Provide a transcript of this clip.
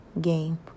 game